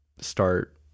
start